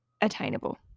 attainable